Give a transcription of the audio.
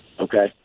Okay